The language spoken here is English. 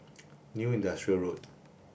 New Industrial Road